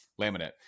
laminate